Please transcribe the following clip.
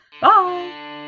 Bye